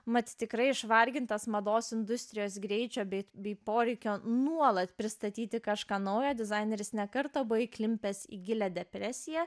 mat tikrai išvargintas mados industrijos greičio bei bei poreikio nuolat pristatyti kažką naujo dizaineris ne kartą buvo įklimpęs į gilią depresiją